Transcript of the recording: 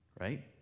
Right